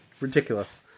Ridiculous